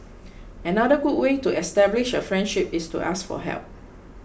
another good way to establish a friendship is to ask for help